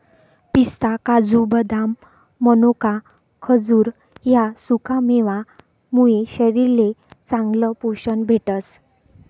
पिस्ता, काजू, बदाम, मनोका, खजूर ह्या सुकामेवा मुये शरीरले चांगलं पोशन भेटस